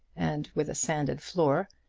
and with a sanded floor,